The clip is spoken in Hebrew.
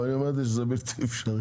אבל היא אומרת לי שזה בלתי אפשרי.